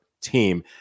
team